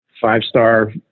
five-star